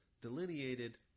delineated